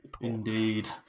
indeed